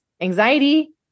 anxiety